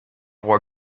voit